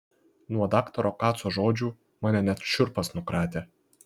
nuo daktaro kaco žodžių mane net šiurpas nukratė